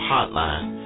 Hotline